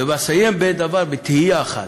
ואסיים בתהייה אחת.